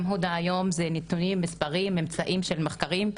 היום אלה נתונים ומספרים שהתקבלו מתוך מחקרים,